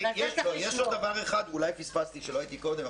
יש עוד דבר אחד שאולי פספסתי ולא הייתי קודם,